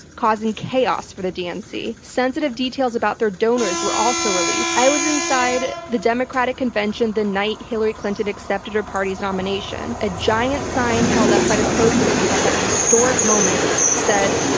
causing chaos for the dnc. sensitive details about their donors were also released. i was inside the democratic convention the night hillary clinton accepted her party's nomination. a giant sign held up by the protesters at that historic moment said,